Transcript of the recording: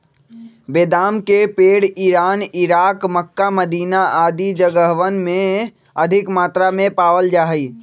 बेदाम के पेड़ इरान, इराक, मक्का, मदीना आदि जगहवन में अधिक मात्रा में पावल जा हई